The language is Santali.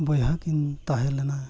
ᱵᱚᱭᱦᱟ ᱠᱤᱱ ᱛᱟᱦᱮᱸ ᱞᱮᱱᱟ